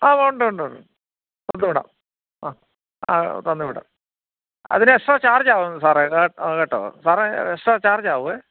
ആ ഉണ്ട് ഉണ്ട് ഉണ്ട് തന്നുവിടാം ആ ആ തന്നുവിടാം അതിന് എക്സ്ട്രാ ചാർജ് ആവും സാറേ കേ കേട്ടോ സാറേ എക്സ്ട്രാ ചാർജ് ആവുവേ